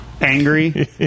angry